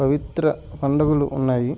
పవిత్ర పండుగలు ఉన్నాయి